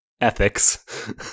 ethics